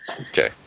Okay